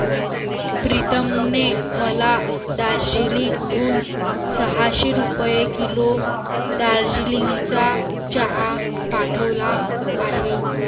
प्रीतमने मला दार्जिलिंग हून सहाशे रुपये किलो दार्जिलिंगचा चहा पाठवला आहे